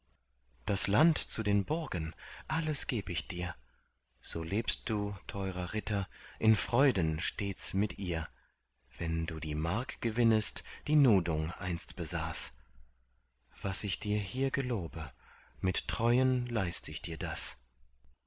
das land zu den burgen alles geb ich dir so lebst du teurer ritter in freuden stets mit ihr wenn du die mark gewinnest die nudung einst besaß was ich dir hier gelobe mit treuen leist ich dir das